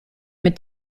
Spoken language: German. mit